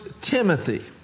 Timothy